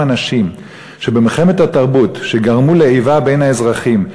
אנשים שבמלחמת התרבות גרמו לאיבה בין האזרחים,